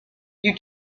you